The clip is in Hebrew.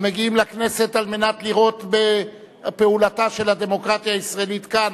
המגיעים לכנסת כדי לראות בפעולתה של הדמוקרטיה הישראלית כאן,